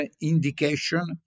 indication